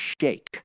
shake